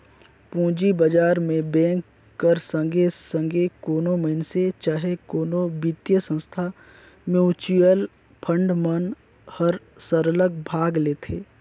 पूंजी बजार में बेंक कर संघे संघे कोनो मइनसे चहे कोनो बित्तीय संस्था, म्युचुअल फंड मन हर सरलग भाग लेथे